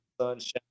sunshine